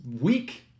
week